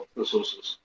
resources